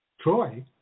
Troy